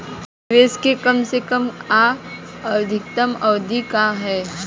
निवेश के कम से कम आ अधिकतम अवधि का है?